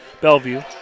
Bellevue